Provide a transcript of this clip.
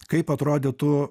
kaip atrodytų